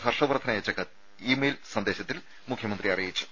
ഹർഷ വർദ്ധന് അയച്ച email സന്ദേശത്തിൽ മുഖ്യമന്ത്രി അറിയിച്ചു